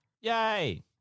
Yay